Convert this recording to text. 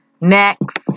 Next